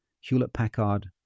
Hewlett-Packard